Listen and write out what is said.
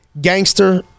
Gangster